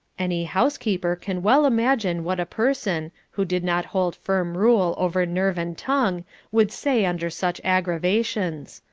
any housekeeper can well imagine what a person, who did not hold firm rule over nerve and tongue would say under such aggravations.